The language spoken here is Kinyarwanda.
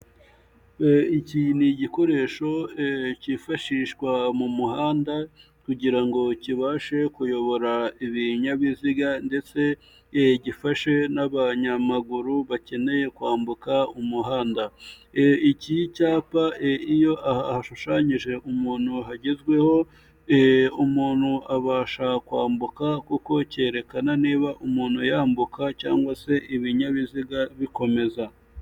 Iki ni igikoresho cyifashishwa mu muhanda kugira ngo kibashe kuyobora ibinyabiziga ndetse gifashe n'abanyamaguru bakeneye kwambuka umuhanda. Iki cyapa iyo hashushanyije umuntu hagezweho, umuntu abasha kwambuka kuko cyerekana niba umuntu yambuka cyangwa se ibinyabiziga bikomeza.